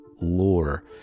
lore